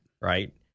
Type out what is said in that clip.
right